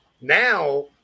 now –